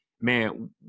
man